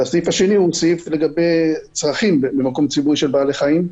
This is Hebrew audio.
הסעיף השני הוא סעיף לגבי צרכים במקום ציבורי של בעלי חיים,